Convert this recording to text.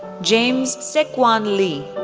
james seokwon lee,